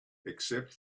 except